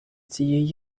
цієї